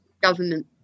government